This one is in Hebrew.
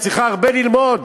את צריכה הרבה ללמוד.